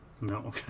No